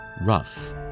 rough